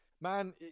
man